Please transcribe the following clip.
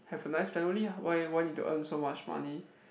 have a nice family (a) why why need to earn so much money